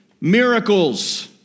miracles